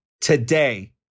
Today